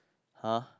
[huh]